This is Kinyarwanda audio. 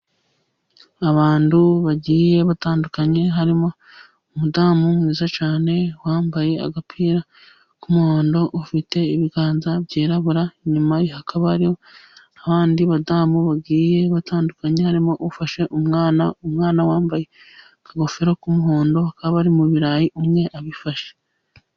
Abantu bagiye batandukanye harimo umudamu mwiza cyane wambaye agapira k'umuhondo, ufite ibiganza byirabura. Inyuma hakaba hari abandi badamu bagiye batandukanye harimo ufashe umwana, umwana wambaye ingofero y'umuhondo akaba ari mu birarayi umwe abifashe.